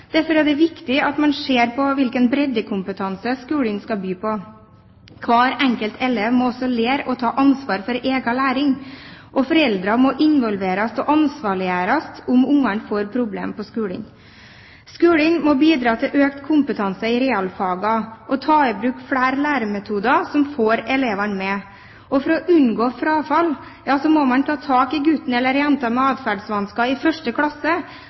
Derfor er det viktig at man ser på hvilken breddekompetanse skolen skal by på. Hver enkelt elev må også lære å ta ansvar for egen læring, og foreldrene må involveres og ansvarliggjøres dersom barna får problemer på skolen. Skolen må bidra til økt kompetanse i realfagene og ta i bruk flere læremetoder som får elevene med. For å unngå frafall må man ta tak i gutten eller jenta med atferdsvansker, i 1. klasse,